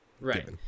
Right